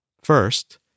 First